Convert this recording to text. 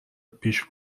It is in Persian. پیش